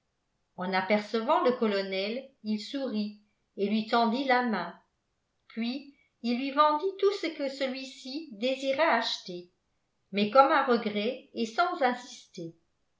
en apercevant le colonel il sourit et lui tendit la main puis il lui vendit tout ce que celui-ci désira acheter mais comme à regret et sans insister